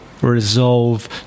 resolve